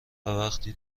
وقتی